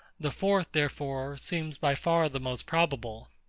the fourth, therefore, seems by far the most probable.